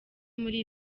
muri